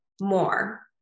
more